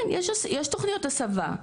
כן, יש תוכניות הסבה.